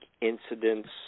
incidents